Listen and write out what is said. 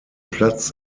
platz